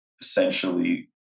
essentially